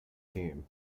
team